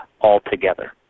altogether